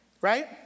right